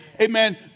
amen